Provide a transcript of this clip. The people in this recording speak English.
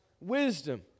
wisdom